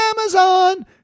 Amazon